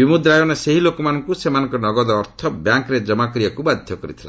ବିମୁଦ୍ରାୟନ ସେହି ଲୋକମାନଙ୍କୁ ସେମାନଙ୍କର ନଗଦ ଅର୍ଥ ବ୍ୟାଙ୍କ୍ରେ ଜମା କରିବାକୁ ବାଧ୍ୟ କରିଥିଲା